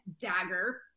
dagger